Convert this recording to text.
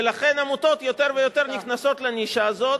ולכן עמותות יותר ויותר נכנסות לנישה הזאת.